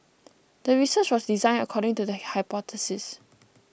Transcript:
the research was designed according to the hypothesis